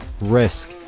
risk